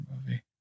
movie